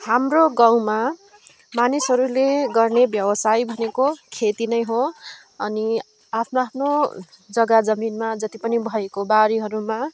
हाम्रो गाउँमा मानिसहरूले गर्ने व्यवसाय भनेको खेती नै हो अनि आफ्नो आफ्नो जग्गा जमिनमा जति पनि भएको बारीहरूमा